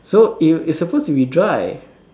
so it it's supposed to be dry